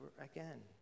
again